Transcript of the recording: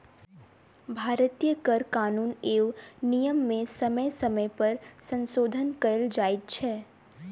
भारतीय कर कानून एवं नियम मे समय समय पर संशोधन कयल जाइत छै